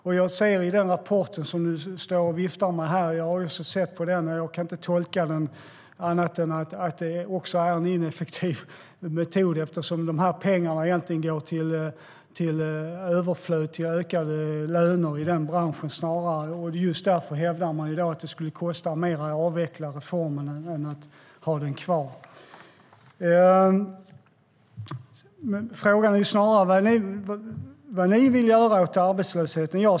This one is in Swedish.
Jag har sett den rapport som du står och viftar med här, och jag kan inte tolka den på annat sätt än att detta är en ineffektiv metod eftersom pengarna egentligen snarare går till överflöd och ökade löner i branschen. Just därför hävdar man i dag att det skulle kosta mer att avveckla reformen än att ha den kvar. Frågan är snarare vad ni vill göra åt arbetslösheten.